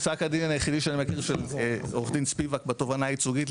פסק הדין שיחידי שאני מכיר של עו"ד ספילבק בתובענה הייצוגית.